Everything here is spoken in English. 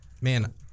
man